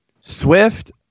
Swift